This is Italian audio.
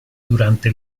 durante